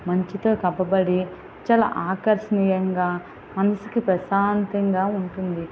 మంచుతో కప్పబడి చాలా ఆకర్షణీయంగా మనసుకు ప్రశాంతంగా ఉంటుంది